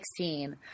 2016